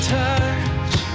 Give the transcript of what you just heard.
touch